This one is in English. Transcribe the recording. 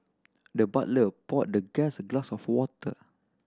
the butler poured the guest a glass of water